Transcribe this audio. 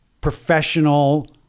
professional